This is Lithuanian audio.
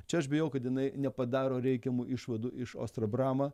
čia aš bijau kad jinai nepadaro reikiamų išvadų iš ostra brama